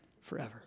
forever